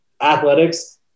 athletics